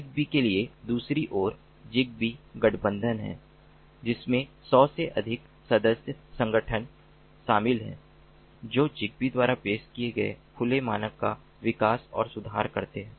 zigbee के लिए दूसरी ओर zigbee गठबंधन है जिसमें सौ से अधिक सदस्य संगठन शामिल हैं जो ज़िगबी द्वारा पेश किए जाने वाले खुले मानक का विकास और सुधार करते हैं